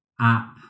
app